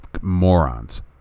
morons